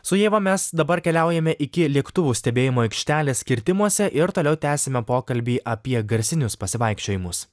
su ieva mes dabar keliaujame iki lėktuvų stebėjimo aikštelės kirtimuose ir toliau tęsime pokalbį apie garsinius pasivaikščiojimus